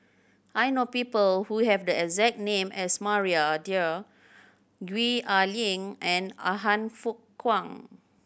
I know people who have the exact name as Maria Dyer Gwee Ah Leng and Han Fook Kwang